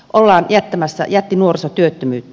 ollaan jättämässä jättinuorisotyöttömyyttä